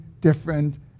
different